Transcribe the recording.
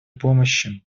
помощи